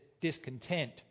discontent